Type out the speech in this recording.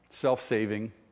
Self-saving